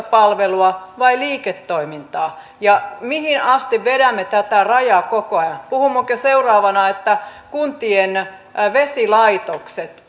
palvelua vai liiketoimintaa ja mihin asti vedämme tätä rajaa koko ajan puhummeko seuraavana että kuntien vesilaitoksetkin